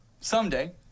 someday